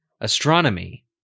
astronomy